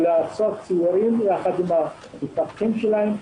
לעשות סיורים ביחד עם המפקחים שלהם,